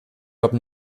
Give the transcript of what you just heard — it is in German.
jobbt